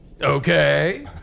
Okay